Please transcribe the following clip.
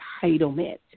entitlement